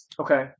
Okay